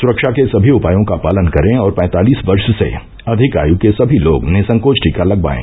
सुरक्षा के सभी उपायों का पालन करें और पैंतालीस वर्ष से अधिक आय् के सभी लोग निःसंकोच टीका लगवाएं